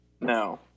No